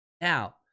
Now